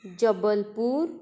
Jabalpur